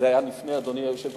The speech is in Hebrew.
זה היה לפני, אדוני היושב-ראש.